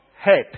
head